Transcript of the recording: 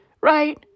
right